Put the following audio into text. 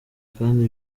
kandi